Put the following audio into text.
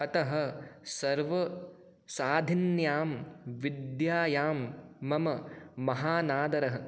अतः सर्वसाधिन्यां विद्यायां मम महान् आदरः